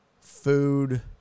food